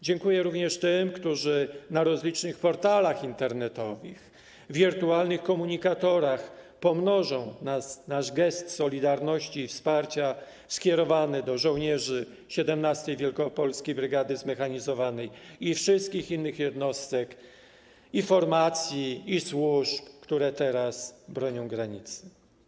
Dziękuję również tym, którzy na rozlicznych portalach internetowych, wirtualnych komunikatorach pomnożą nasz gest solidarności i wsparcia skierowany do żołnierzy 17. Wielkopolskiej Brygady Zmechanizowanej i wszystkich innych jednostek, i formacji, i służb, które teraz bronią granicy.